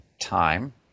time